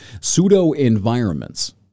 pseudo-environments